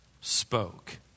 spoke